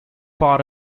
part